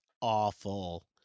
awful